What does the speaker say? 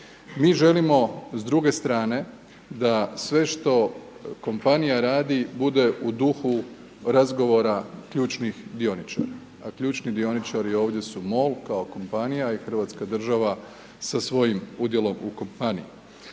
Mi želimo s druge strane da sve što kompanija radi bude u duhu razgovora ključnih dioničara, a ključni dioničari ovdje su MOL kao kompanija i hrvatska država sa svojim udjelom u kompaniji.